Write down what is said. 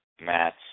Matt